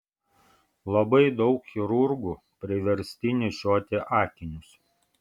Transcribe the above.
labai daug chirurgų priversti nešioti akinius